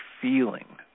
feeling